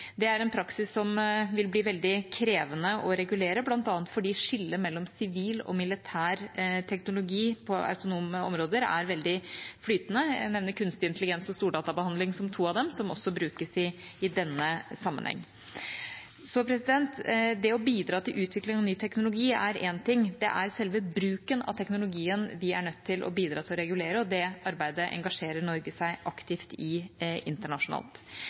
Det er en praksis som ville være veldig krevende å regulere, bl.a. fordi skillet mellom sivil og militær teknologi på autonome områder er veldig flytende. Jeg kan nevne kunstig intelligens og stordatabehandling som to av dem, som også brukes i denne sammenhengen. Det å bidra til utvikling av ny teknologi er én ting; det er selve bruken av teknologien vi er nødt til å bidra til å regulere. Det arbeidet engasjerer Norge seg aktivt i internasjonalt.